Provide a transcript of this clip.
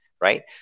right